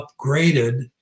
upgraded